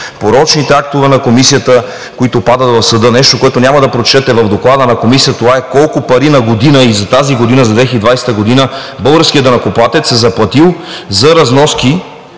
порочните актове на Комисията, които падат в съда. Нещо, което няма да прочетете в Доклада на Комисията, това е колко пари на година – и за тази година, за 2020 г., българският данъкоплатец е заплатил за разноски